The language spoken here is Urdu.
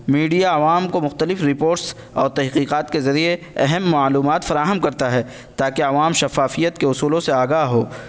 میڈیا عوام کو مختلف رپوٹس اور تحقیقات کے ذریعے اہم معلومات فراہم کرتا ہے تاکہ عوام شفافیت کے اصولوں سے آگاہ ہو